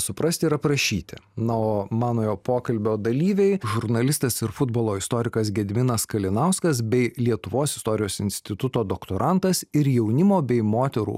suprasti ir aprašyti na o manojo pokalbio dalyviai žurnalistas ir futbolo istorikas gediminas kalinauskas bei lietuvos istorijos instituto doktorantas ir jaunimo bei moterų